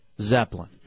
Zeppelin